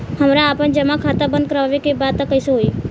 हमरा आपन जमा खाता बंद करवावे के बा त कैसे होई?